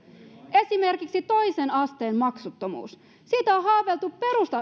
esimerkiksi toisen asteen maksuttomuus siitä on haaveiltu